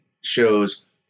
shows